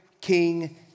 King